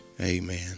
Amen